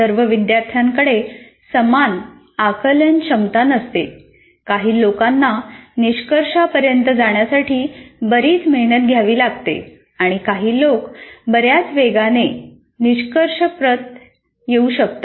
सर्व विद्यार्थ्यांकडे समान आकलनक्षमता नसते काही लोकांना निष्कर्षापर्यंत जाण्यासाठी बरीच मेहनत घ्यावी लागते आणि काही लोक बर्याच वेगाने निष्कर्षाप्रत येऊ शकतात